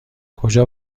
کجا